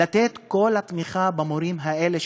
לתת את כל התמיכה למורים האלה,